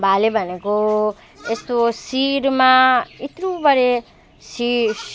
भाले भनेको यस्तो शिरमा यत्रुबडे शि